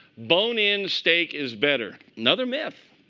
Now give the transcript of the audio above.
bone in steak is better another myth.